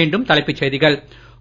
மீண்டும் தலைப்புச் செய்திகள்